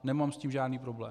Nemám s tím žádný problém.